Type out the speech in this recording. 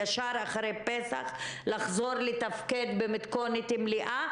ישר אחרי פסח לחזור לתפקד במתכונת מלאה.